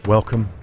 Welcome